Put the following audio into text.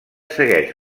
segueix